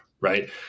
Right